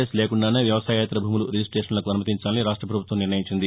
yes లేకుండానే వ్యవసాయేతర భూముల రిజిస్టేషన్లకు అనుమతించాలని రాష్ట ప్రభుత్వం నిర్ణయించింది